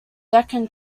deccan